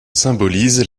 symbolise